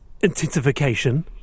intensification